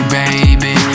baby